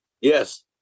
Yes